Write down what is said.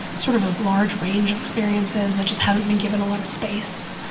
sort of a large range of experiences that just haven't been given a lot of space,